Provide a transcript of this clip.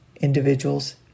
individuals